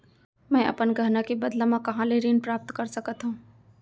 मै अपन गहना के बदला मा कहाँ ले ऋण प्राप्त कर सकत हव?